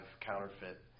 counterfeit